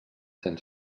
cents